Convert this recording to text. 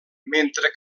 mentre